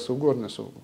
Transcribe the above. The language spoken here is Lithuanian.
saugu ar nesaugu